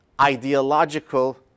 ideological